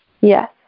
Yes